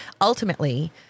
Ultimately